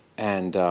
and